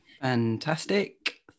Fantastic